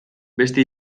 beste